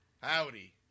howdy